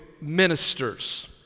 ministers